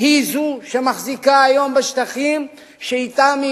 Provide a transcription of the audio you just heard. היא זאת שמחזיקה היום בשטחים שאתם היא